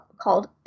called